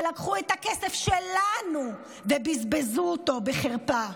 שלקחו את הכסף שלנו ובזבזו אותו בחרפה.